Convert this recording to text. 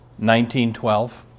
1912